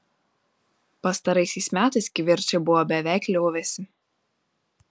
pastaraisiais metais kivirčai buvo beveik liovęsi